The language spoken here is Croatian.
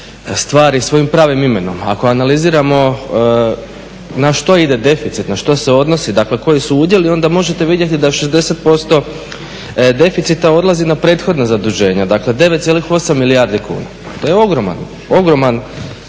stvari svojim pravim imenom. Ako analiziramo na što ide deficit, na što se odnosi. Dakle, koji su udjeli, onda možete vidjeti da 60% deficita odlazi na prethodna zaduženja, dakle 9,8 milijardi kuna. Da je ogroman, ogroman